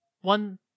one